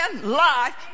life